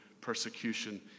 persecution